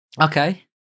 Okay